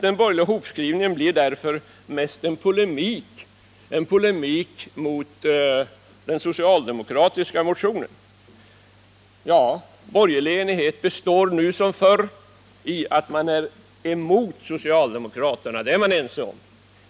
Den borgerliga hopskrivningen blir därför mest en polemik, en polemik mot den socialdemokratiska motionen. Ja, borgerlig enighet består tydligen nu som förr i att man är emot socialdemokraterna. Det är man ense om.